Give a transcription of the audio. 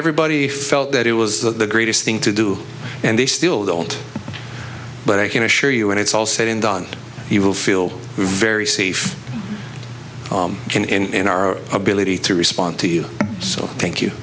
everybody felt that it was the greatest thing to do and they still don't but i can assure you when it's all said and done you will feel very safe can and our ability to respond to you so thank